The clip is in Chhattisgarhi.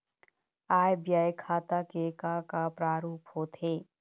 आय व्यय खाता के का का प्रारूप होथे?